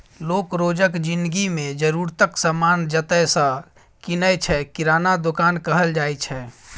लोक रोजक जिनगी मे जरुरतक समान जतय सँ कीनय छै किराना दोकान कहल जाइ छै